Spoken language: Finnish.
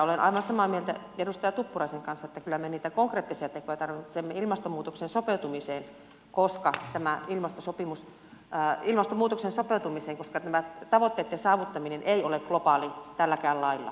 olen aivan samaa mieltä edustaja tuppuraisen kanssa että kyllä me niitä konkreettisia tekoja tarvitsemme ilmastonmuutokseen sopeutumiseen koska tämän ilmastosopimus tai muutoksen sopeutumisen koska tämä tavoitteitten saavuttaminen ei ole globaali tälläkään lailla